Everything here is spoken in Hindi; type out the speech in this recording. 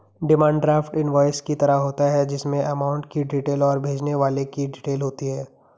डिमांड ड्राफ्ट इनवॉइस की तरह होता है जिसमे अमाउंट की डिटेल और भेजने वाले की डिटेल होती है